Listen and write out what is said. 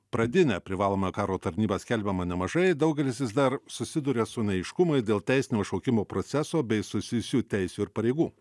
pradinę privalomąją karo tarnybą skelbiama nemažai daugelis vis dar susiduria su neaiškumais dėl teisinio šaukimo proceso bei susijusių teisių ir pareigų